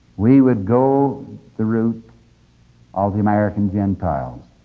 we would go the route of the american gentiles,